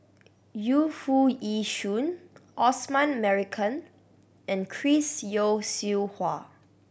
Yu Foo Yee Shoon Osman Merican and Chris Yeo Siew Hua